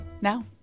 Now